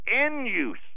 end-use